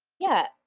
yeah,